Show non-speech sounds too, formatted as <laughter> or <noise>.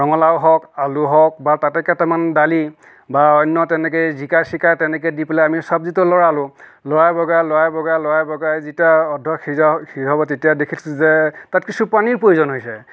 ৰঙালাও হওক আলু হওক বা তাতে কেইটামান দালি বা অন্য তেনেকৈয়ে জিকা চিকা তেনেকৈ এই দি পেলাই আমি চব্জিটো লৰালোঁ লৰাই বগৰাই লৰাই বগৰাই লৰাই বগৰাই যেতিয়া অৰ্ধ সিজা <unintelligible> তেতিয়া দেখিছো যে তাত কিছু পানীৰ প্ৰয়োজন হৈছে